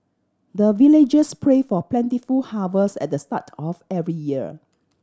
the villagers pray for plentiful harvest at the start of every year